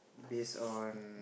based on